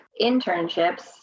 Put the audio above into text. internships